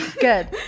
good